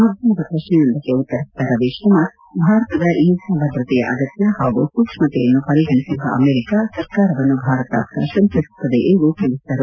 ಮಾಧ್ಯಮದ ಪ್ರಶ್ನೆಯೊಂದಕ್ಕೆ ಉತ್ತರಿಸಿದ ರವೀಶ್ ಕುಮಾರ್ ಭಾರತದ ಇಂಧನ ಭದ್ರತೆಯ ಅಗತ್ತ ಹಾಗೂ ಸೂಕ್ಷ್ಮತೆಯನ್ನು ಪರಿಗಣಿಸಿರುವ ಅಮೆರಿಕ ಸರ್ಕಾರವನ್ನು ಭಾರತ ಪ್ರಶಂಸಿಸುತ್ತದೆ ಎಂದು ತಿಳಿಸಿದರು